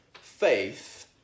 faith